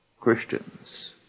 Christians